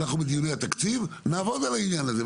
אנחנו נעבוד על העניין הזה בדיוני התקציב.